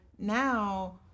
Now